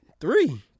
three